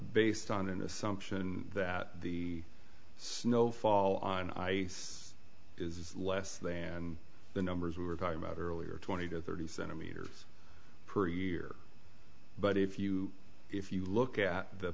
based on an assumption that the snowfall on ice is less than the numbers we were talking about earlier twenty to thirty centimeters per year but if you if you look at the